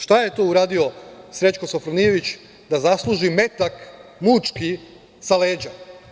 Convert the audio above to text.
Šta je to uradio Srećko Sofronijević da zasluži metak mučki, sa leđa?